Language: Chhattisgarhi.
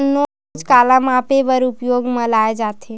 नोच काला मापे बर उपयोग म लाये जाथे?